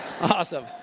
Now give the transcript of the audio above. Awesome